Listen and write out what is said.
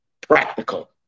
practical